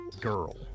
girl